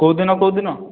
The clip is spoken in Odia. କେଉଁ ଦିନ କେଉଁ ଦିନ